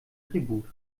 tribut